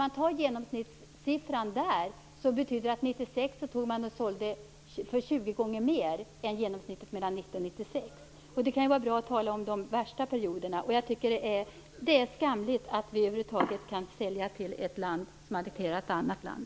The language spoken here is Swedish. Om man tar genomsnittssiffran där skulle det betyda att man 1996 och 1995. Det kan ju vara bra att tala om de värsta perioderna. Jag tycker att det är skamligt att vi över huvud taget kan sälja till ett land som har annekterat ett annat land.